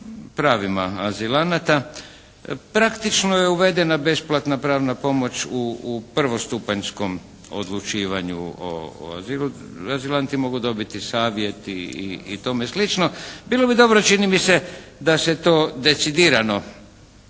pravima azilanata, praktično je uvedena besplatna pravna pomoć u prvostupanjskom odlučivanju o azilu. Azilanti mogu dobiti savjet i tome slično. Bilo bi dobro čini mi se da se to decidirano